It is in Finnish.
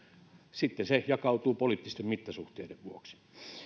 se jakautuu sitten poliittisten mittasuhteiden vuoksi